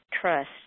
trust